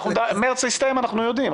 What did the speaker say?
מרץ שהוא הסתיים אנחנו יודעים.